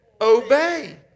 obey